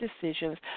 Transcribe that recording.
decisions